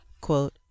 Quote